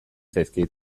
zaizkit